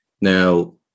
Now